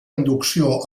inducció